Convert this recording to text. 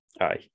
Aye